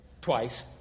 Twice